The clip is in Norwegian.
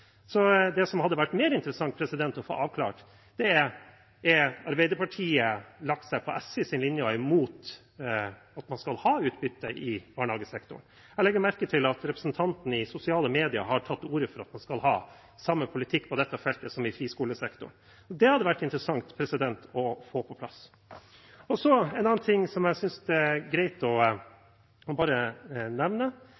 Det som hadde vært mer interessant å få avklart, er om Arbeiderpartiet har lagt seg på SVs linje med å være imot at man skal ha utbytte i barnehagesektoren. Jeg legger merke til at representanten i sosiale medier har tatt til orde for at man skal ha samme politikk på dette feltet som i friskolesektoren. Det hadde vært interessant å få på plass. En annen ting jeg synes det er greit å